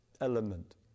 element